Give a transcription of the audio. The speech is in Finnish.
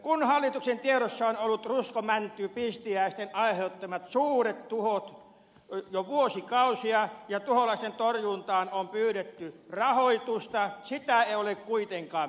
kun hallituksen tiedossa ovat olleet ruskomäntypistiäisten aiheuttamat suuret tuhot jo vuosikausia ja tuholaisten torjuntaan on pyydetty rahoitusta sitä ei ole kuitenkaan myönnetty